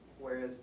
Whereas